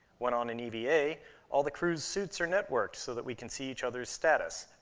when on an eva, all the crew's suits are networked so that we can see each other's status.